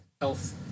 health